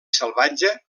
salvatge